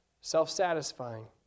self-satisfying